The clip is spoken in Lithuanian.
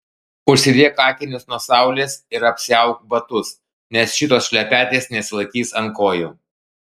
užsidėk akinius nuo saulės ir apsiauk batus nes šitos šlepetės nesilaikys ant kojų